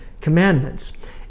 Commandments